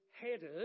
headed